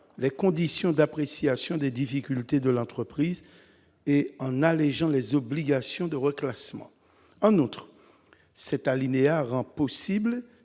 les conditions d'appréciation des difficultés de l'entreprise et en allégeant les obligations de reclassements, un autre cet alinéa rend possible